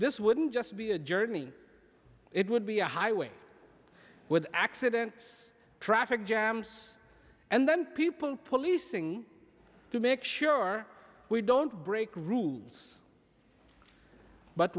this wouldn't just be a journey it would be a highway with accidents traffic jams and then people policing to make sure we don't break rules but